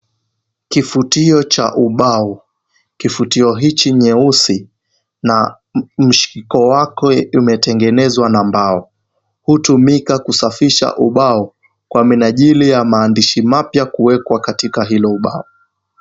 Kifutio cha ubao. Kifutio hichi cheusi na mshiko wake umetengenezwa na mbao. Hutumika kusafisha ubao kwa minajili ya maandishi mapya kuwekwa katika hilo ubao.